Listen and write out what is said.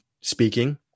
speaking